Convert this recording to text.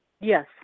Yes